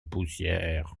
poussière